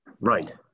Right